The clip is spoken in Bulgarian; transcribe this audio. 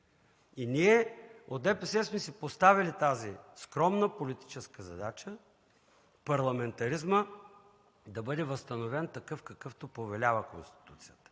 Ние от ДПС сме си поставили тази скромна политическа задача – парламентаризмът да бъде възстановен такъв, какъвто повелява Конституцията.